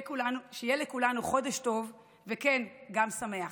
שיהיה לכולנו חודש טוב, וכן, גם שמח.